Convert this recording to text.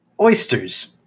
Oysters